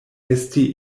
esti